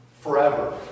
forever